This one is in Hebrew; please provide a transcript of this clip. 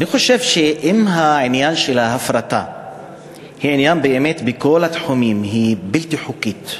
אני חושב שאם העניין של ההפרטה בכל התחומים הוא בלתי-חוקי,